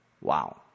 Wow